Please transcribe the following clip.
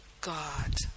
God